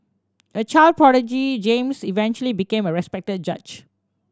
a child prodigy James eventually became a respected judge